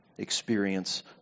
Experience